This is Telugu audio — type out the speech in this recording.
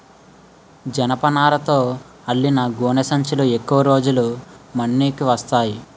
జనపనారతో అల్లిన గోనె సంచులు ఎక్కువ రోజులు మన్నిక వస్తాయి